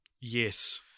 Yes